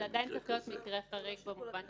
לעתיד לבוא.